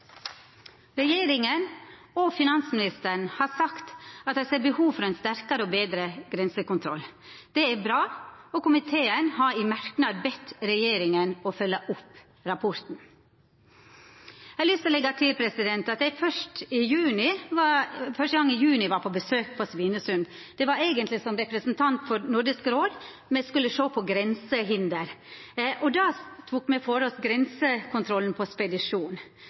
Regjeringa og finansministeren har sagt at dei ser behovet for ein sterkare og betre grensekontroll. Det er bra, og komiteen har i ein merknad bedt regjeringa om å følgja opp rapporten. Eg har lyst til å leggja til at fyrste gong eg var på besøk på Svinesund, var i juni. Det var eigentleg som representant for Nordisk råd. Me skulle sjå på grensehinder. Me tok for oss grensekontrollen på spedisjon.